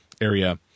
area